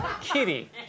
Kitty